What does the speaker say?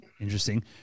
interesting